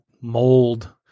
mold